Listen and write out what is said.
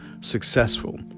successful